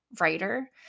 writer